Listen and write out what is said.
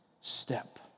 Step